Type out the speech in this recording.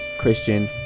Christian